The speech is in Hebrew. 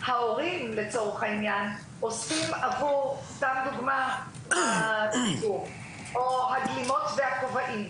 ההורים לצורך העניין אוספים עבור לדוגמה הגלימות והכובעים,